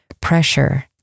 pressure